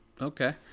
okay